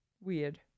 weird